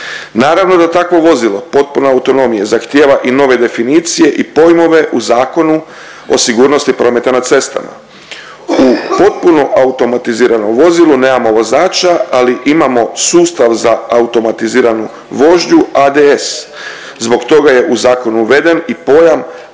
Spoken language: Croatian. Naravno da takvo vozilo potpune autonomije zahtjeva i nove definicije i pojmove o Zakonu o sigurnosti prometa na cestama. U potpuno automatiziranom vozilu nemamo vozača, ali imamo sustav za automatiziranu vožnju ADS. Zbog toga je u zakon uveden i pojam